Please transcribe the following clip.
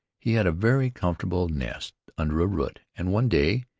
he had a very comfortable nest under a root, and one day,